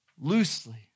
loosely